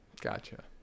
gotcha